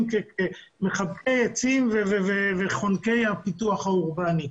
כמחבקי עצים וחונקי הפיתוח האורבני.